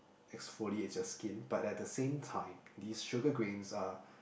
exfoliates your skin but at the same time these sugar grains are